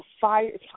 fire